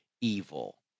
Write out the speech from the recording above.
evil